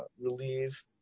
relieve